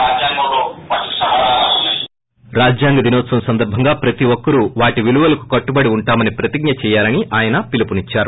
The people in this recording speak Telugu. కృష్ణ రాజ్యాంగ దినోత్సవం సందర్భంగా ప్రతి ఒక్కరూ వాటి విలువలకు కట్టుబడి ఉంటామని ప్రతిజ్ఞ చెయ్యాలని ఆయన పిలుపునిచ్చారు